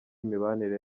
imibanire